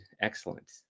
excellent